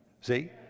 see